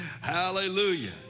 Hallelujah